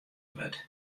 wurdt